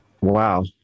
Wow